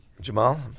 Jamal